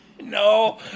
No